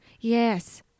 Yes